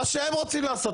מה שהם רוצים לעשות.